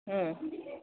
ಹ್ಞೂ